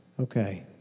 Okay